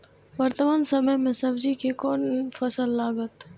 वर्तमान समय में सब्जी के कोन फसल लागत?